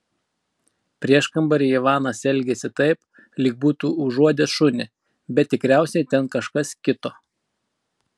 prieškambaryje ivanas elgėsi taip lyg būtų užuodęs šunį bet tikriausiai ten kažkas kito